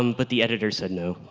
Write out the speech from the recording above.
um but the editors said no.